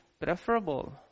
preferable